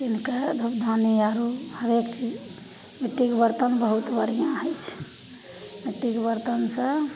किनिके धुपदानी आओर हरेक चीज मिट्टीके बरतन बहुत बढ़िआँ होइ छै मिट्टीके बरतनसे